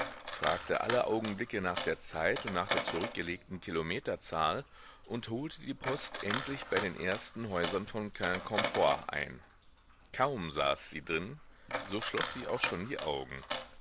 fragte aller augenblicke nach der zeit und nach der zurückgelegten kilometerzahl und holte die post endlich bei den ersten häusern von quincampoix ein kaum saß sie drin so schloß sie auch schon die augen